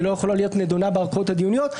ולא יכולה להיות נדונה בערכאות הדיוניות.